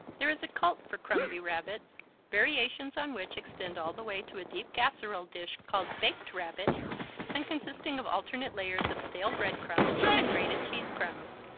there is a cult for crumby rabbits variations on which extend all the way to a deep casserole dish called baked rabbit and consisting of alternate layers of stale bread crumbs and grated-cheese crumbs.